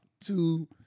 two